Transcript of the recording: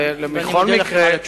ואני מודה לך על התשובה.